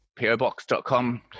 pobox.com